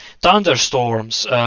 thunderstorms